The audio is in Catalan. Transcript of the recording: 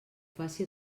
faci